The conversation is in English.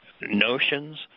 notions